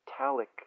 metallic